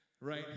Right